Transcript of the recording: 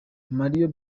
mario